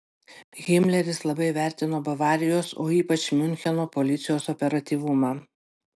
himleris labai vertino bavarijos o ypač miuncheno policijos operatyvumą